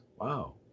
wow